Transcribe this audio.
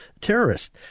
terrorists